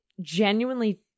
genuinely